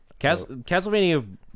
Castlevania